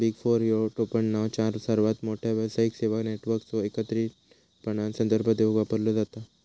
big four ह्यो टोपणनाव चार सर्वात मोठ्यो व्यावसायिक सेवा नेटवर्कचो एकत्रितपणान संदर्भ देवूक वापरलो जाता